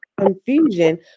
confusion